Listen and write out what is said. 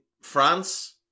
France